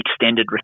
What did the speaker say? extended